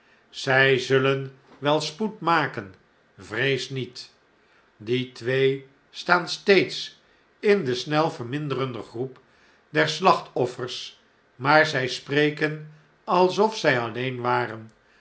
zij zullen wel spoed maken vrees niet die twee staan steeds in de snel verminderende groep der slachtoffers maar zij spreken alsof zij alleen waren